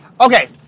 Okay